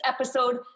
episode